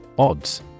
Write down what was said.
Odds